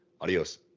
Adios